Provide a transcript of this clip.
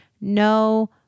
no